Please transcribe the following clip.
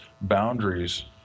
boundaries